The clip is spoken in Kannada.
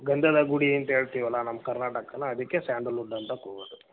ಗಂಧದ ಗುಡಿ ಅಂತ ಹೇಳ್ತೀವಲ ನಮ್ಮ ಕರ್ನಾಟಕಾನ ಅದಕ್ಕೆ ಸ್ಯಾಂಡಲ್ವುಡ್ ಅಂತ ಕೂಗೋದು